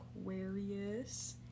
Aquarius